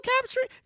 capturing